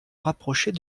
rapprochait